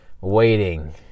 waiting